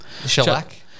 shellac